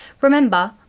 Remember